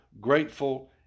grateful